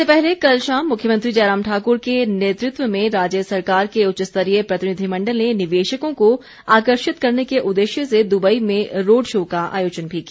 इससे पहले कल शाम मुख्यमंत्री जयराम ठाक्र के नेतृत्व में राज्य सरकार के उच्चस्तरीय प्रतिनिधिमण्डल ने निवेशकों को आकर्षित करने के उद्देश्य से दुबई में रोड शो का आयोजन भी किया